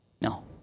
No